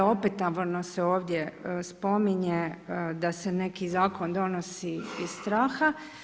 Opetovano se ovdje spominje da se neki zakon donosi iz straha.